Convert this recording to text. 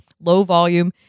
low-volume